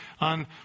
on